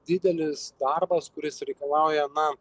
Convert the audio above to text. didelis darbas kuris reikalauja na